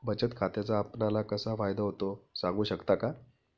बचत खात्याचा आपणाला कसा फायदा होतो? सांगू शकता का?